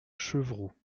chevroux